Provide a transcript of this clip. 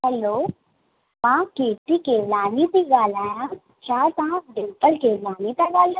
hello मां कीर्ती केवलानी थी ॻाल्हायां छा तव्हां डिंपल केवलानी था ॻाल्हायो